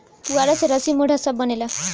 पुआरा से रसी, मोढ़ा सब बनेला